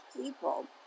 people